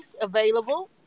available